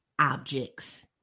objects